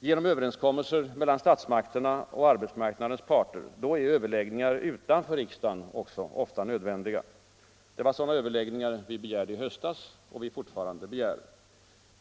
genom överenskommelser mellan statsmakterna och arbetsmarknadens parter — kan överläggningar utanför riksdagen bli nödvändiga. Det var sådana överläggningar vi begärde i höstas och som vi fortfarande begär.